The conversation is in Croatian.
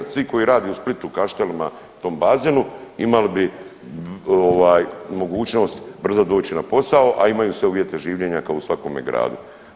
Svi koji rade u Splitu, Kaštelima, tom bazenu imali bi mogućnost brzo doći na posao, a imaju sve uvjete življenja kao u svakome gradu.